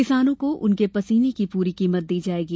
किसानों को उनके पसीने की पूरी कीमत दी जायेगी